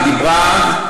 ודיברה,